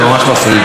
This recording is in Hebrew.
סליחה.